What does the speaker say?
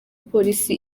polisi